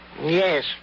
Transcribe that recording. Yes